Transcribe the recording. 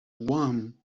guam